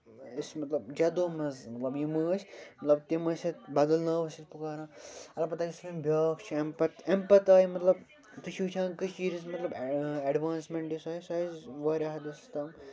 أسۍ مطلب جَدو منٛز مطلب یِم ٲسۍ مطلب تِم ٲسۍ اَسہِ بدل ناوٕ سۭتۍ پُکاران اَلبتہ یُس وۄنۍ بیٛاکھ چھِ اَمہِ پَتہٕ اَمہِ پَتہٕ آیہِ مطلب تُہۍ چھِو وٕچھان کٔشیٖر ہِنٛز مطلب اٮ۪ڈوانٔسمٮ۪نٹ یُس آسہِ سُہ آسہِ واریاہ حدس تام